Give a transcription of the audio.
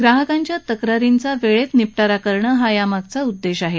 ग्राहकांच्या तक्रारींचा वेळेत निपटारा करणं हा यामागचा उद्देश आहे